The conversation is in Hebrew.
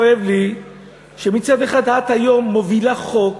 כואב לי שמצד אחד את היום מובילה חוק,